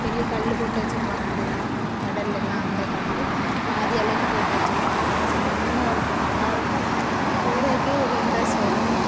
பெரிய கல் போட்டு வச்சிருப்பாங்க தெரியுமா கடல்லெலாம் அந்த கல் பாதி அளவுக்கு போட்டு வச்சிருக்காங்க செம்மையாக இருக்கும் நல்லாயிருக்கும் போகிறதுக்கே ஒரு இண்ட்ரெஸ்ட் வரும்